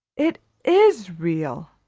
it is real,